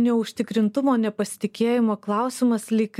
neužtikrintumo nepasitikėjimo klausimas lyg